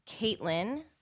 Caitlin